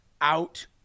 out